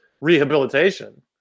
rehabilitation